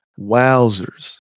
Wowzers